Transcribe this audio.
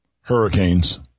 hurricanes